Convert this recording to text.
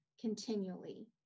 continually